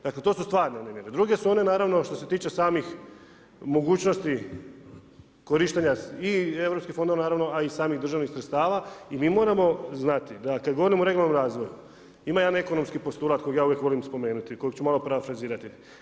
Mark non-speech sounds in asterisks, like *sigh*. Dakle, to su stvarne … *unintelligible* druge su one naravno, što se tiče samih mogućnosti korištenja i europskih fonda naravno, a i samih državnih sredstava i mi moramo znati, da kad govorimo o regionalnom razvoju, ima jedan ekonomski postulat kojeg ja volim uvijek spomenuti, koji ću malo parafrazirati.